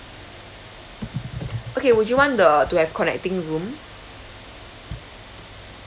okay would you want the to have connecting room